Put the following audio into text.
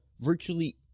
virtually